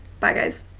bye, guys.